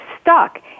stuck